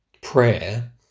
Prayer